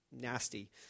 nasty